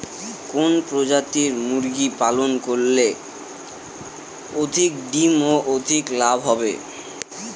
কোন প্রজাতির মুরগি পালন করলে অধিক ডিম ও অধিক লাভ হবে?